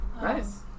Nice